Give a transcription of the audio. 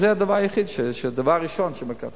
אז זה הדבר הראשון שמקצצים.